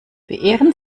beehren